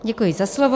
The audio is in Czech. Děkuji za slovo.